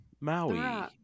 Maui